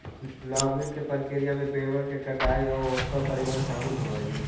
logging के प्रक्रिया में पेड़बन के कटाई आउ ओकर परिवहन शामिल होब हई